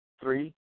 three